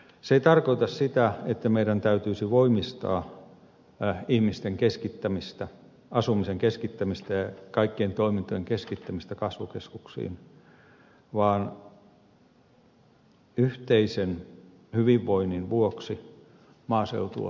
se ei tarkoita sitä että meidän täytyisi voimistaa ihmisten keskittämistä asumisen keskittämistä ja kaikkien toimintojen keskittämistä kasvukeskuksiin vaan yhteisen hyvinvoinnin vuoksi maaseutua kannattaa kehittää